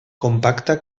compacta